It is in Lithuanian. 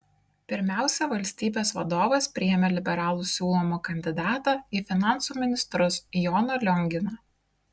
pirmiausia valstybės vadovas priėmė liberalų siūlomą kandidatą į finansų ministrus joną lionginą